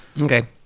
Okay